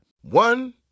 one